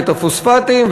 את הפוספטים,